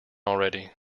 already